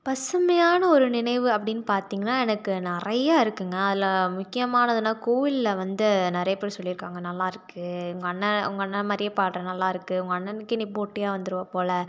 பசுமையான ஒரு நினைவு அப்படின்னு பார்த்திங்கன்னா எனக்கு நிறையா இருக்குதுங்க அதில் முக்கியமானதுனால் கோயில்ல வந்து நிறைய பேர் சொல்லியிருக்காங்க நல்லா இருக்குது உங்கள் அண்ணா உங்கள் அண்ணனை மாதிரியே பாடுற நல்லா இருக்குது உங்கள் அண்ணனுக்கே நீ போட்டியாக வந்திடுவ போல